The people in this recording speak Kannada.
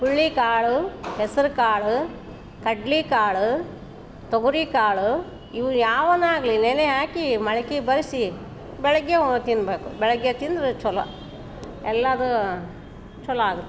ಹುರುಳಿ ಕಾಳು ಹೆಸರು ಕಾಳು ಕಡ್ಲೇ ಕಾಳು ತೊಗರಿ ಕಾಳು ಇವು ಯಾವಾನ ಆಗಲಿ ನೆನೆ ಹಾಕಿ ಮೊಳ್ಕೆ ಬರಿಸಿ ಬೆಳಗ್ಗೆ ತಿನ್ನಬೇಕು ಬೆಳಗ್ಗೆ ತಿಂದ್ರೆ ಚಲೋ ಎಲ್ಲದೂ ಚಲೋ ಆಗುತ್ತೆ